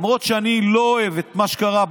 למרות שאני לא אוהב את מה שקרה,